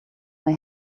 may